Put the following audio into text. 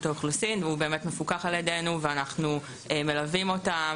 האוכלוסין והוא באמת מפוקח על ידינו ואנחנו מלווים אותם,